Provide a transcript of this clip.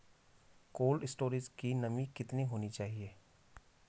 Cold storage की नमी कितनी होनी चाहिए?